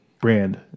brand